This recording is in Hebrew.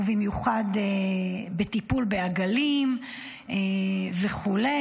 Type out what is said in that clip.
ובמיוחד בטיפול בעגלים וכו',